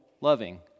loving